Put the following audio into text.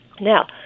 Now